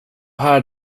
här